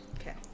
Okay